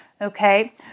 okay